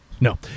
No